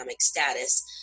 status